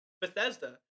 Bethesda